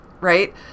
right